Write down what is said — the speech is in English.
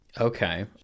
Okay